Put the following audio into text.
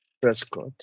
Prescott